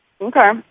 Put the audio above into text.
Okay